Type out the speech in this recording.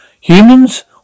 humans